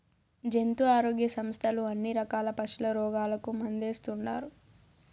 జంతు ఆరోగ్య సంస్థలు అన్ని రకాల పశుల రోగాలకు మందేస్తుండారు